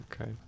Okay